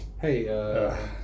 Hey